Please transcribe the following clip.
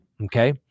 Okay